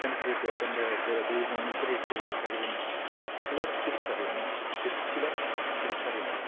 തനിക്ക് കിട്ടിയ തൻ്റെ ദൈവം അനുഗ്രഹിച്ച് നൽകിയ കഴിവിനെ ചിലർ തിരിച്ചറിയുന്നു ചിലർ തിരിച്ചറിയുന്നില്ല